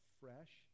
fresh